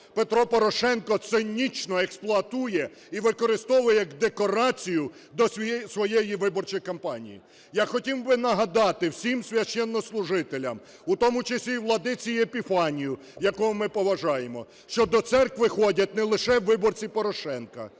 Петро Порошенко цинічно експлуатує і використовує як декорацію до своєї виборчої кампанії. Я хотів би нагадати всім священнослужителям, у тому числі і владиці Епіфанію, якого ми поважаємо, що до церкви ходять не лише виборці Порошенка,